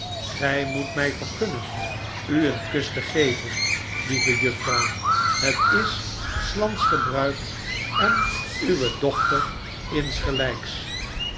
gij moet mij vergunnen u een kus te geven lieve juffrouw het is s lands gebruik en uwe dochter insgelijks